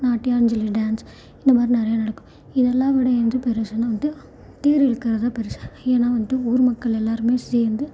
Natyanjali dance இந்தமாதிரி நிறையா நடக்கும் இதெல்லாம் விட எது பெருசுன்னா வந்து தேர் இழுக்குறது தான் பெருசு ஏன்னா வந்துட்டு ஊர்மக்கள் எல்லாருமே சேர்ந்து